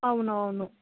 అవునవును